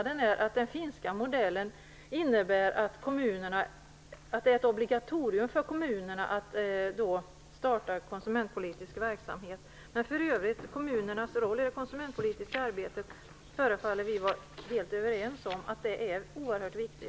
Den finska modellen innebär att det är ett obligatorium för kommunerna att starta konsumentpolitisk verksamhet. För övrigt förefaller vi vara helt överens om att kommunernas roll i det konsumentpolitiska arbetet är oerhört viktig.